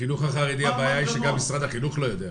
בחינוך החרדי הבעיה היא שגם משרד החינוך לא יודע.